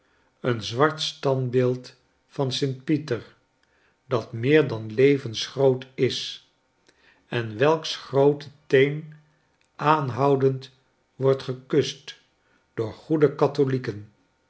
een zwart standbeeld van st pieter dat meer dan levensgroot is en welks groote teen aanhoudend wordt gekust door goede katholieken